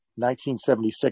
1976